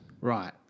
Right